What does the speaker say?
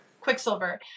Quicksilver